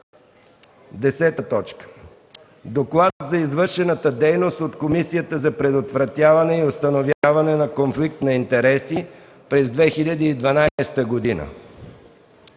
сектор. 10. Доклад за извършената дейност от Комисията за предотвратяване и установяване на конфликт на интереси през 2012 г.